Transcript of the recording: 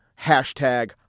hashtag